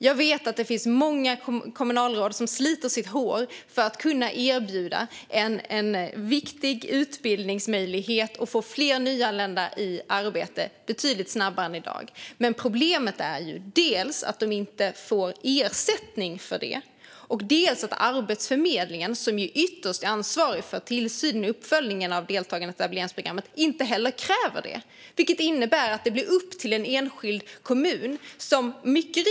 Jag vet att det finns många kommunalråd som sliter hårt för att kunna erbjuda en viktig utbildningsmöjlighet och få fler nyanlända i arbete betydligt snabbare än i dag. Men problemet är dels att de inte får ersättning för det, dels att Arbetsförmedlingen, som ju är ytterst ansvarig för tillsynen och uppföljningen av deltagande i etableringsprogrammet, inte heller kräver det. Det innebär att det blir upp till en enskild kommun att se till detta.